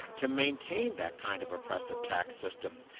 to maintain that kind of oppressive tax system.